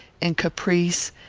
and caprice,